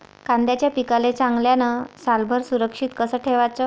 कांद्याच्या पिकाले चांगल्यानं सालभर सुरक्षित कस ठेवाचं?